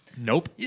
Nope